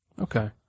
okay